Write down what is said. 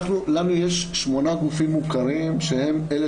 לנו יש שמונה גופים מוכרים שהם אלה